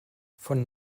von